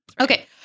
Okay